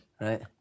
Right